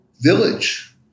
village